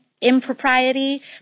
impropriety